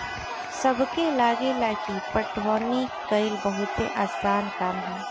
सबके लागेला की पटवनी कइल बहुते आसान काम ह